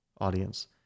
audience